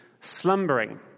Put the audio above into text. slumbering